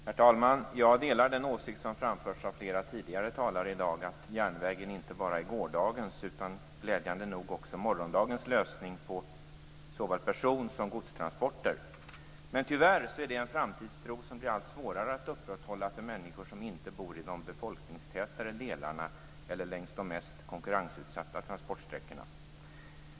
Herr talman! Jag delar den åsikt som framförts av flera tidigare talare i dag, nämligen att järnvägen inte bara är gårdagens utan glädjande nog också morgondagens lösning för såväl person som godstransporter. Tyvärr är det en framtidstro som blir allt svårare att upprätthålla för människor som inte bor i de befolkningstätare delarna av landet eller längs de mest konkurrensutsatta transportsträckorna.